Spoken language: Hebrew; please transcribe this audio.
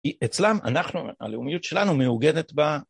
אצלם, אנחנו, הלאומיות שלנו מעוגנת בה.